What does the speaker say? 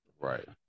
Right